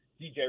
DJ